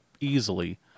easily